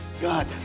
God